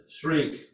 shrink